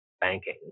banking